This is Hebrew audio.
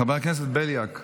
חבר הכנסת בליאק,